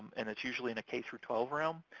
and it's usually in a k through twelve realm.